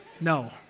No